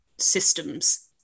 systems